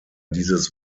dieses